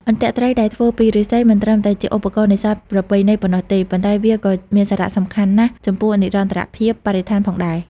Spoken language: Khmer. អន្ទាក់ត្រីដែលធ្វើពីឫស្សីមិនត្រឹមតែជាឧបករណ៍នេសាទប្រពៃណីប៉ុណ្ណោះទេ ប៉ុន្តែវាក៏មានសារៈសំខាន់ណាស់ចំពោះនិរន្តរភាពបរិស្ថានផងដែរ។